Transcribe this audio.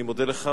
אני מודה לך,